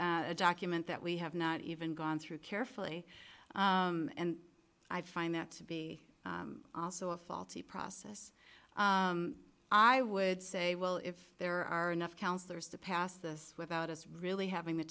at a document that we have not even gone through carefully and i find that to be also a faulty process i would say well if there are enough councilors to pass this without us really having the